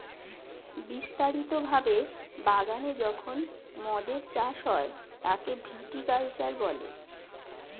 বিস্তারিত ভাবে বাগানে যখন মদের চাষ হয় তাকে ভিটি কালচার বলে